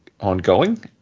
ongoing